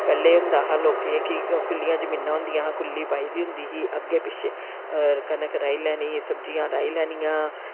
पैह्लें होंदा हा लोकें कि खुल्लियां जमीनां होंदियां हां कुल्ली पाई दी होंदी ही अग्गे पिछे कनक राई लैनी सब्जियां राई लैनियां